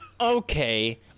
Okay